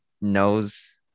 knows